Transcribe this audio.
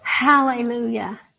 Hallelujah